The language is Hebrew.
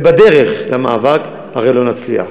ובדרך למאבק, הרי לא נצליח.